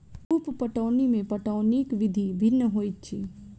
उप पटौनी मे पटौनीक विधि भिन्न होइत अछि